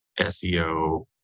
SEO